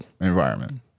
environment